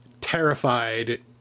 terrified